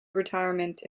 retirement